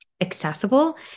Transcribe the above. accessible